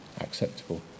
acceptable